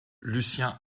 lucien